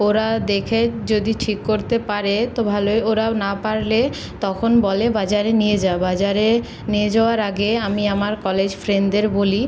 ওরা দেখে যদি ঠিক করতে পারে তো ভালোই ওরা না পারলে তখন বলে বাজারে নিয়ে যা বাজারে নিয়ে যাওয়ার আগে আমি আমার কলেজ ফ্রেন্ডদের বলি